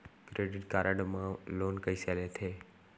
Credit card मा loan कइसे लेथे?